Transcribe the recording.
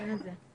נכון.